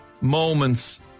moments